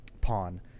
pawn